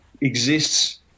exists